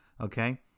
okay